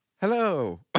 Hello